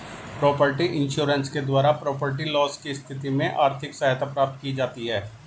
property insurance के द्वारा property loss की स्थिति में आर्थिक सहायता प्राप्त की जाती है